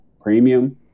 premium